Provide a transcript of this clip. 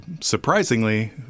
surprisingly